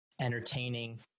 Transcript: entertaining